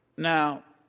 now,